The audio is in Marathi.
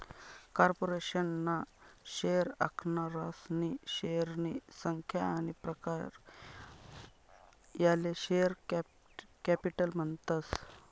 कार्पोरेशन ना शेअर आखनारासनी शेअरनी संख्या आनी प्रकार याले शेअर कॅपिटल म्हणतस